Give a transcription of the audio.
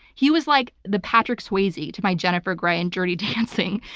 he was like the patrick swayze to my jennifer gray in dirty dancing.